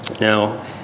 Now